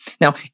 Now